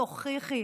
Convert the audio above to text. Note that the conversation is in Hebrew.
תוכיחי